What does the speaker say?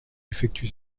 effectue